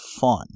fun